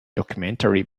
documentary